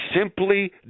simply